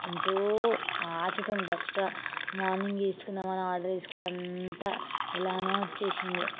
ఎంతో ఆశతో దసరా మార్నింగ్ వేసుకుందాము అని అని ఆర్డర్ చేసుకుంటే అంతా ఇలానో వచ్చేసింది